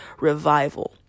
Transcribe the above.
revival